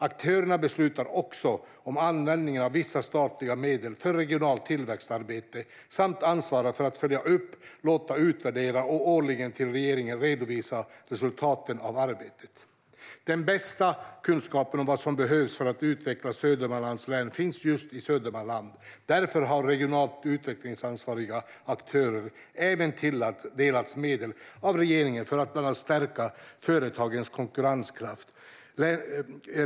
Aktörerna beslutar också om användningen av vissa statliga medel för regionalt tillväxtarbete samt ansvarar för att följa upp, låta utvärdera och årligen till regeringen redovisa resultaten av arbetet. Den bästa kunskapen om vad som behövs för att utveckla Södermanlands län finns just i Södermanland. Därför har regionalt utvecklingsansvariga aktörer även tilldelats medel av regeringen för att bland annat stärka företagens konkurrenskraft.